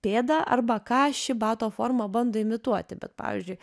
pėda arba ką ši bato forma bando imituoti bet pavyzdžiui